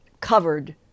covered